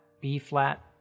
B-flat